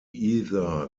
either